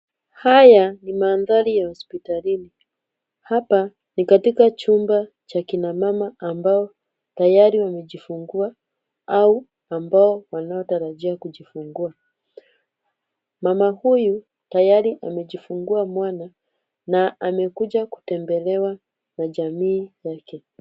Haya ni mandhari ya hospitalini. Hapa ni katika chumba cha kuna mama ambao tayari wamejifungua au ambao wanatarajiwa kujifungua. Mama huyu tayari amejifungua mwana, na amekuja kutembelewa na jamii yake.